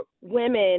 women